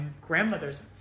grandmother's